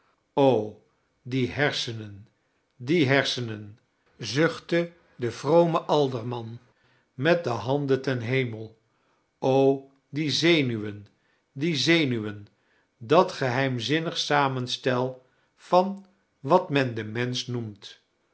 die hersenen die hersenen zuchtte de vrome alderman met de handen ten hemel die zenuwen die zenuwen dat geheimzinnig samenstel van wat men de mensoh noemt